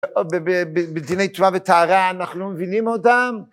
בדיני תשובה וטהרה אנחנו מבינים אותם